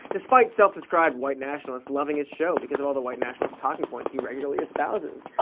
despite self-described white nationalists loving his show because of all the white nationalist talking points he regularly espouses.